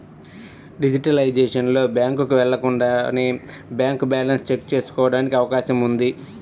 digitalisation లో, బ్యాంకుకు వెళ్లకుండానే బ్యాంక్ బ్యాలెన్స్ చెక్ ఎంచుకోవడానికి అవకాశం ఉంది